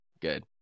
Good